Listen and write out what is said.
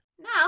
Now